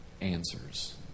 answers